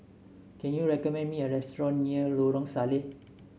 can you recommend me a restaurant near Lorong Salleh